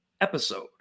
episode